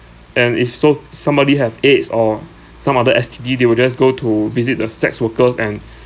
and if so somebody have A_I_D_S or some other S_T_D they will just go to visit the sex workers and